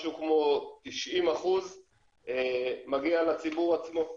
משהו כמו 90% מגיע לציבור עצמו.